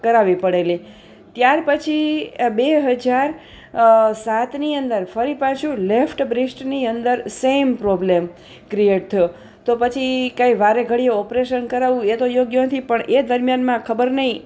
કરાવવી પડેલી ત્યાર પછી આ બે હજાર સાતની અંદર ફરી પાછું લેફ્ટ બ્રેસ્ટની અંદર સેમ પ્રોબ્લ્મ ક્રિએટ થયો તો પછી કાંઇ વારે ઘડીએ ઓપરેશન કરાવવું એ તો યોગ્ય નથી પણ એ દરમિયાનમાં ખબર નહીં